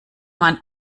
man